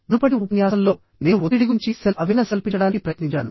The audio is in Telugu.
మునుపటి ఉపన్యాసంలో నేను ఒత్తిడి గురించి సెల్ఫ్ అవేర్నెస్ కల్పించడానికి ప్రయత్నించాను